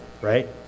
right